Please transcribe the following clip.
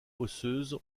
osseuse